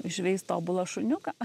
išveist tobulą šuniuką